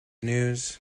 news